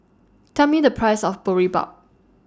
Tell Me The Price of Boribap